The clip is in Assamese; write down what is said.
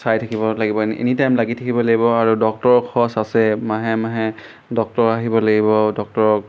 চাই থাকিব লাগিব এনিটাইম লাগি থাকিব লাগিব আৰু ডক্টৰৰ খৰচ আছে মাহে মাহে ডক্টৰ আহিব লাগিব ডক্টৰক